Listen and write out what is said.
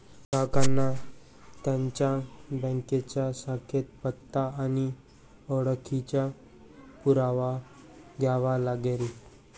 ग्राहकांना त्यांच्या बँकेच्या शाखेत पत्ता आणि ओळखीचा पुरावा द्यावा लागेल